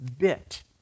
bit